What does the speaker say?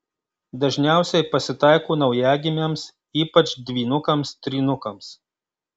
dažniausiai pasitaiko naujagimiams ypač dvynukams trynukams